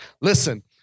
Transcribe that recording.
Listen